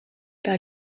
par